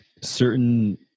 certain